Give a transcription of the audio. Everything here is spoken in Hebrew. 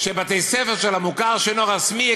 שבבתי-ספר של המוכר שאינו רשמי,